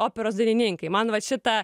operos dainininkai man vat šitą